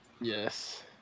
Yes